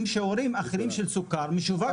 רק עם שיעורים אחרים של סוכר שמשווק באירופה.